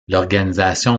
l’organisation